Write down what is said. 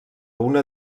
una